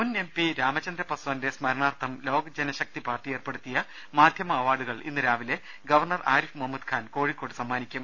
മുൻ എംപി രാംചന്ദ്ര പാസ്വാന്റെ സ്മരണരാർത്ഥം ലോക ജൻശക്തി പാർട്ടി ഏർപ്പെടുത്തിയ മാധ്യമ അവാർഡുകൾ ഇന്ന് രാവിലെ ഗവർണ്ണർ ആരിഫ് മുഹമ്മദ് ഖാൻ കോഴിക്കോട് സമ്മാനിക്കും